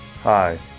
Hi